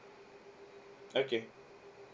okay